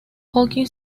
hockey